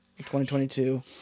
2022